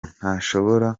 ntashobora